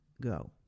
go